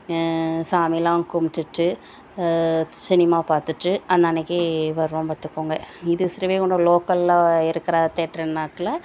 சாமியெல்லாம் கும்பிட்டுட்டு சினிமா பார்த்துட்டு அன்னான்னைக்கி வருவோம் பார்த்துக்கோங்க இது ஸ்ரீவைகுண்டம் லோக்கலில் இருக்கிற தேட்ருனாக்கல